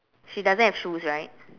she doesn't have shoes right